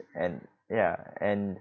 and ya and